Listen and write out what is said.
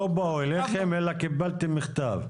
לא באו אליכם, אלא קיבלתם מכתב,